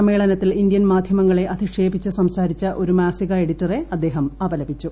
സമ്മേളനത്തിൽ ഇന്ത്യൻ മാധ്യമങ്ങളെ അധിക്ഷേപിച്ച് സംസാരിച്ച ഒരു മാസിക എഡിറ്ററെ അദ്ദേഹം അപലപിച്ചു